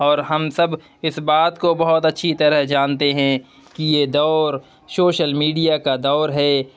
اور ہم سب اس بات کو بہت اچھی طرح جانتے ہیں کہ یہ دور سوشل میڈیا کا دور ہے